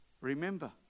Remember